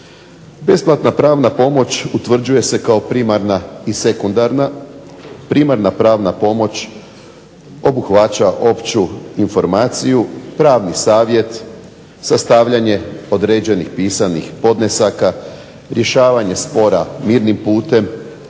Besplatna pravna pomoć utvrđuje se kao primarna i sekundarna. Primarna pravna pomoć obuhvaća opću informaciju, pravni savjet, sastavljanje određenih pisanih podnesaka, rješavanje spora mirnim putem